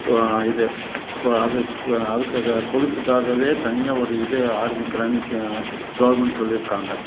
இப்போ இது கொ அது கொ அதுக்காக கொலுசுக்காகவே தனியாக ஒரு இது ஆரம்பிக்கிறாங்க க கவர்மெண்ட் சொல்லி இருக்காங்க